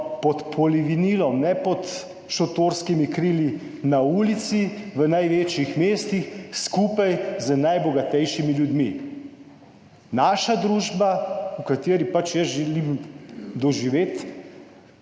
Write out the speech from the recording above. pod polivinilom, ne pod šotorskimi krili, na ulici, v največjih mestih, skupaj z najbogatejšimi ljudmi. Naša družba, v kateri pač jaz želim živeti,